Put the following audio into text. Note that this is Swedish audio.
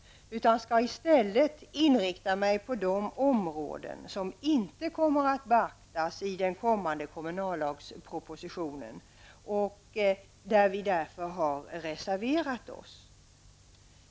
Jag skall i stället inrikta mig på de områden som inte kommer att beaktas i den kommande kommunallagspropositionen och där vi därför har reserverat oss.